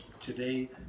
today